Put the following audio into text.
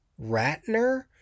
Ratner